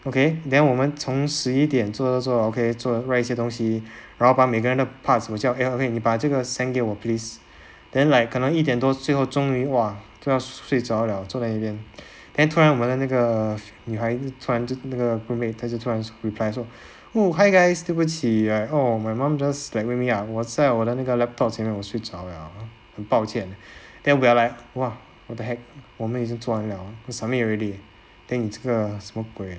okay then 我们从十一点做做做 okay 做 write 一些东西然后把每一个人的 part 我叫 eh ervin 你把这个 send 给我 please then like 可能一点多最后终于 !wah! 都要睡着 liao 做在那一边 then 突然我的那个女孩就突然就那个 group mate 她就突然 reply 说 oh hi guys 对不起 like oh my mum just like wake me up 我在我的那个 laptop 前面我睡着 liao 很抱歉 then we are like !wah! what the heck 我们已经做完 liao submit already then 你这个什么鬼